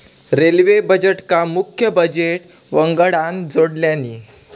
railway बजेटका मुख्य budget वंगडान जोडल्यानी